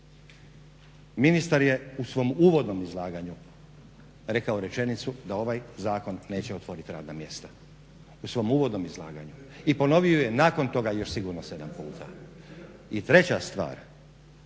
Ministar je u svom uvodnom izlaganju rekao rečenicu da ovaj zakon neće otvorit radna mjesta, u svom uvodnom izlaganju i ponovio je nakon toga još sigurno 7 puta. I treća stvar,